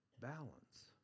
balance